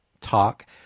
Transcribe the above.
talk